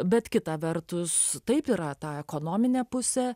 bet kita vertus taip yra ta ekonominė pusė